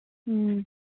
ꯎꯝ